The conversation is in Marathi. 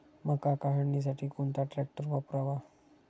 मका काढणीसाठी कोणता ट्रॅक्टर वापरावा?